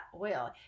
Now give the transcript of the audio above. oil